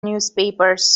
newspapers